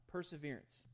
Perseverance